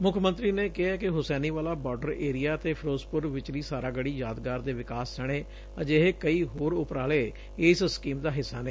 ਮੁੱਖ ਮੰਤਰੀ ਨੇ ਕਿਹੈ ਕਿ ਹੁਸੈਨੀਵਾਲਾ ਬਾਰਡਰ ਏਰੀਆ ਅਤੇ ਫਿਰੋਜ਼ਪੁਰ ਵਿਚਲੀ ਸਾਰਾਗੜੀ ਯਾਦਗਾਰ ਦੇ ਵਿਕਾਸ ਸਣੇ ਅਜਿਹੇ ਕਈ ਹੋਰ ਉਪਰਾਲੇ ਇਸ ਸਕੀਮ ਦਾ ਹਿੱਸਾ ਨੇ